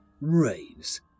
raves